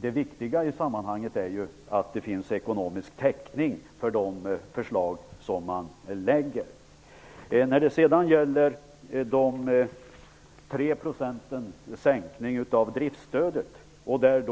Det viktiga i sammanhanget är ju att det finns ekonomisk täckning för de förslag som man lägger fram. Birger Hagård hänvisade till Presstödsnämnden och sade att sänkningen av presstödet med 3 %